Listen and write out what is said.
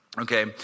okay